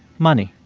money.